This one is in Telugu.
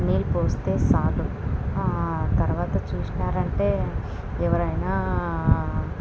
నీళ్ళు పోస్తే చాలు తర్వాత చూసినరంటే ఎవరైన